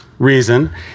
Reason